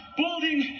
building